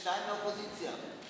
שניים לאופוזיציה,